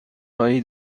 هایی